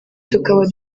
tukaba